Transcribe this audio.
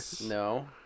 No